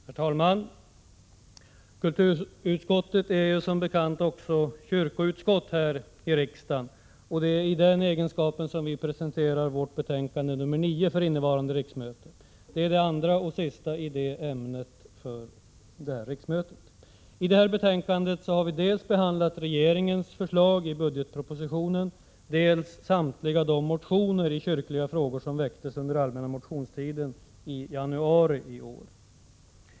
Herr talman! Kulturutskottet är som bekant också riksdagens kyrkoutskott, och det är i den egenskapen som utskottet presenterar sitt betänkande nr 9 för innevarande riksmöte. Det är det andra och sista betänkandet om sådana frågor vid detta riksmöte. I betänkandet har vi behandlat dels regeringens förslag i budgetpropositionen under avsnittet Kyrkliga ändamål, dels samtliga de motioner i kyrkliga frågor som väcktes under allmänna motionstiden i januari i år.